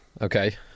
Okay